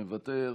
מוותר,